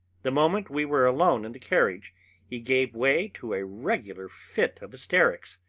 the moment we were alone in the carriage he gave way to a regular fit of hysterics.